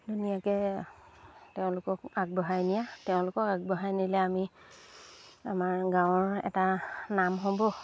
ধুনীয়াকৈ তেওঁলোকক আগবঢ়াই নিয়া তেওঁলোকক আগবঢ়াই নিলে আমি আমাৰ গাঁৱৰ এটা নাম হ'ব